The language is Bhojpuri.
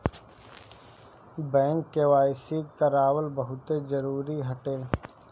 बैंक केवाइसी करावल बहुते जरुरी हटे